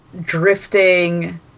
drifting